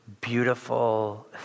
beautiful